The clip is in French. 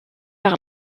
par